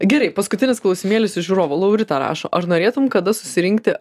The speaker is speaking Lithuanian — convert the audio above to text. gerai paskutinis klausimėlis iš žiūrovų laurita rašo ar norėtum kada susirinkti